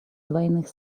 двойных